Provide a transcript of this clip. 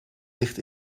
ligt